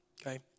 Okay